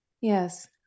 yes